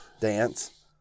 dance